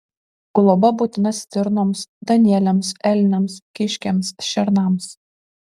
globa būtina stirnoms danieliams elniams kiškiams šernams